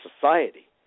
society